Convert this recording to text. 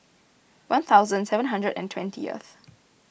one thousand seven hundred and twentieth